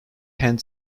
hand